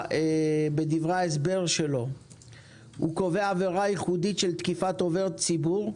שבדברי ההסבר שלו קובע עבירה ייחודית של תקיפת עובד ציבור,